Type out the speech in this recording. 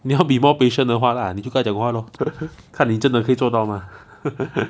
you want to be more patient 的话那你就跟他讲话 lor 看你真的可以做到吗